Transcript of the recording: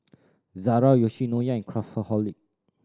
Zara Yoshinoya and Craftholic